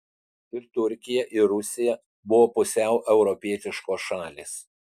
ir turkija ir rusija buvo pusiau europietiškos šalys